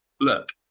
look